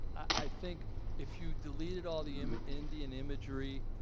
i think if you deleted all the um indian imagery,